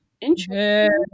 Interesting